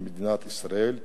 במדינת ישראל,